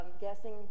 guessing